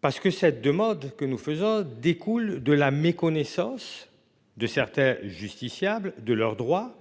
Parce que cette demande que nous faisons, découlent de la méconnaissance. De certains justiciables de leurs droits,